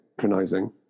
synchronizing